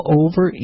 over